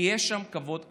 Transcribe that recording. כי יש שם כבוד הדדי.